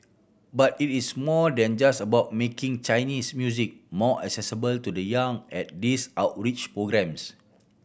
but it is more than just about making Chinese music more accessible to the young at these outreach programmes